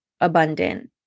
abundant